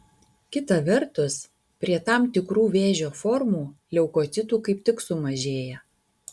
kita vertus prie tam tikrų vėžio formų leukocitų kaip tik sumažėja